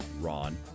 Ron